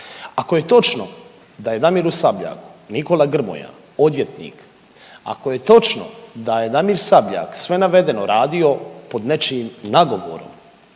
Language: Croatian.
Ako je točno da je Damiru Sabljaku Nikola Grmoja odvjetnik, ako je točno da je Damir Sabljak sve navedeno radio pod nečijim nagovorom,